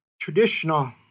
traditional